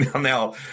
Now